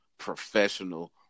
professional